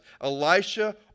Elisha